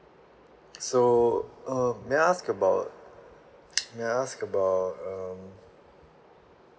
so um may I ask about may I ask about um